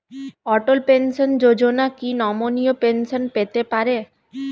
অটল pension Yojana কি নমনীয় pension পেতে পারে?